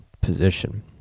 position